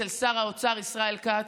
אצל שר האוצר ישראל כץ,